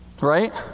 Right